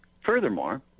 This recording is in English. Furthermore